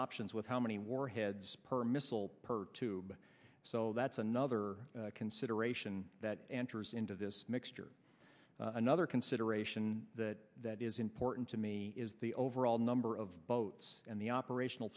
options with how many warheads per missile per tube so that's another consideration that enters into this mixture another consideration that that is important to me is the overall number of boats and the operational